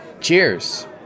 Cheers